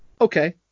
okay